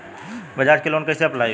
बजाज से लोन कईसे अप्लाई होई?